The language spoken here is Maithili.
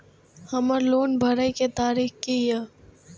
हमर लोन भरय के तारीख की ये?